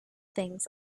things